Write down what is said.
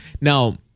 Now